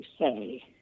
say